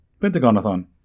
Pentagon-a-thon